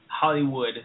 Hollywood